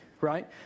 right